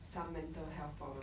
some mental health problems